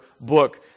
book